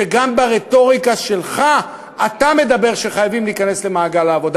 שגם ברטוריקה שלך אתה אומר שחייבים להיכנס למעגל העבודה.